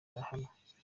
ahabwa